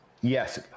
yes